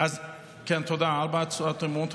כן, תודה, ארבע הצעות אי-אמון.